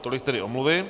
Tolik tedy omluvy.